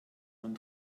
man